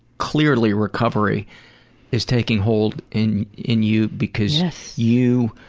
clearly recovery is taking hold in in you because. yes. you